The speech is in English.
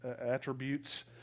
attributes